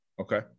Okay